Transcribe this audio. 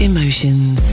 Emotions